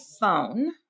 phone